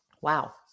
Wow